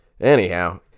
Anyhow